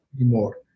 anymore